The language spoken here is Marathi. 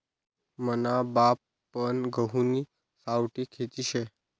मना बापपन गहुनी सावठी खेती शे